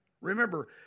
Remember